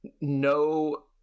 no